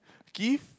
give